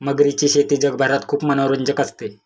मगरीची शेती जगभरात खूप मनोरंजक असते